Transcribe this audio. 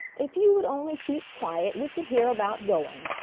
if you would only keep quiet we could hear about going,